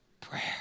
prayer